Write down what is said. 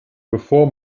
bevor